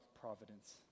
providence